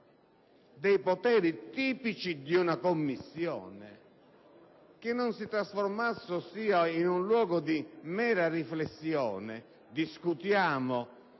dei poteri tipici di una Commissione e non si trasformasse in un luogo di mera riflessione, dove